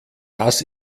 das